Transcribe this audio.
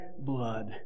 blood